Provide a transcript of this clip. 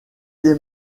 des